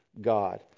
God